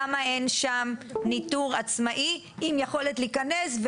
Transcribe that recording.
למה אין שם ניטור עצמאי עם יכולת להיכנס,